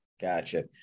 Gotcha